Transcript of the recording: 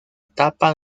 tapa